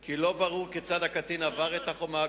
כי לא ברור כיצד הקטין עבר את החומה הגבוהה.